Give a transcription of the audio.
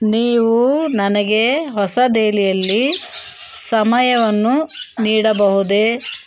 ನೀವು ನನಗೆ ಹೊಸ ದೆಹಲಿಯಲ್ಲಿ ಸಮಯವನ್ನು ನೀಡಬಹುದೆ